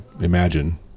imagine